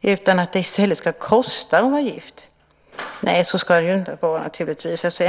utan att det i stället ska kosta att vara gift? Nej, så ska det naturligtvis inte vara.